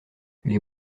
les